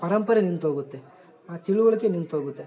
ಪರಂಪರೆ ನಿಂತೋಗುತ್ತೆ ಆ ತಿಳುವಳಿಕೆ ನಿಂತೋಗುತ್ತೆ